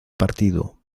partido